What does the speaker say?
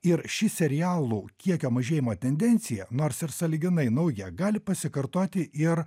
ir ši serialų kiekio mažėjimo tendencija nors ir sąlyginai nauja gali pasikartoti ir